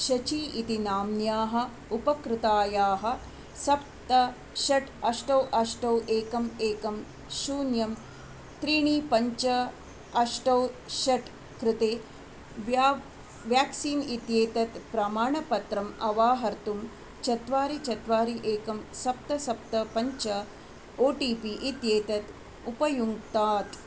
शची इति नाम्न्याः उपकृतायाः सप्त षट् अष्ट अष्ट एकम् एकं शून्यं त्रीणि पञ्च अष्ट षट् कृते व्याक् व्याक्सीन् इत्येतत् प्रमाणपत्रम् अवाहर्तुं चत्वारि चत्वारि एकं सप्त सप्त पञ्च ओ टि पि इत्येतत् उपयुङ्क्तात्